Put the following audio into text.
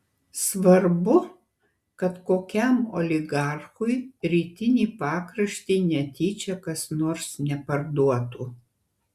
svarbu kad kokiam oligarchui rytinį pakraštį netyčia kas nors neparduotų